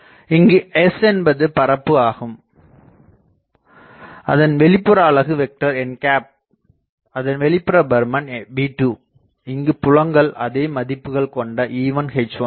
இங்கு s என்பது பரப்பு ஆகும் அதன் வெளிப்புற அலகு வெக்டர் n அதன் வெளிப்புற பருமன் V2 இங்குப் புலங்கள் அதே மதிப்புக் கொண்ட E1 H1 ஆகும்